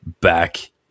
back